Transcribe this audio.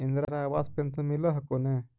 Indira Awas pension मिल हको ने?